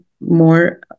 more